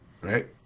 Right